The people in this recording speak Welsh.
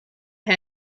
nhw